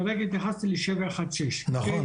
כרגע התייחסתי ל-716 --- נכון,